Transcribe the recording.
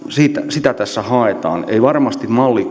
sitä tässä haetaan ei varmasti malli